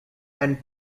and